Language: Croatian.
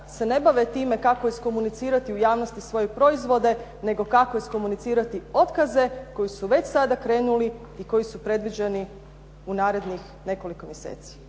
se ne bave kako iskomunicirati u javnosti svoje proizvode, nego kako iskomunicirati otkaze koji su već sada krenuli i koji su predviđeni u narednih nekoliko mjeseci.